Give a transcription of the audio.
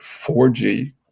4g